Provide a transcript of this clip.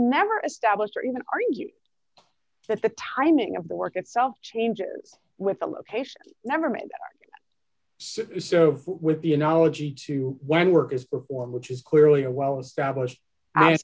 never established or even argue that the timing of the work itself changes with the location never made with the analogy to when work is performed which is clearly a well established i